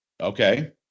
Okay